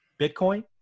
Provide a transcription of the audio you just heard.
Bitcoin